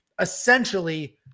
Essentially